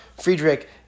Friedrich